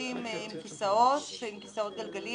נכים עם כיסאות גלגלים.